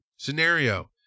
Scenario